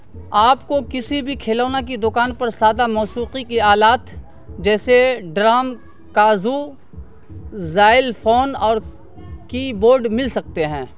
آپ کو کسی بھی کھلونا کی دکان پر سادہ موسوقی کی آلات جیسے ڈرم کاجو زائل فون اور کی بورڈ مل سکتے ہیں